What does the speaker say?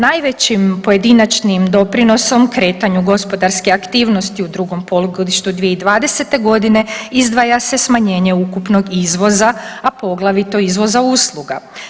Najvećim pojedinačnim doprinosom u kretanju gospodarske aktivnosti u 2. polugodištu 2020. g. izdvaja se smanjenje ukupnog izvoza, a poglavito izvoza usluga.